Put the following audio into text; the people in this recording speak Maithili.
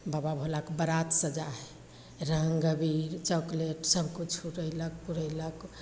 बाबा भोलाके बारात सजै हइ रङ्ग अबीर चॉकलेट सबकिछु उड़ैलक पुड़ैलक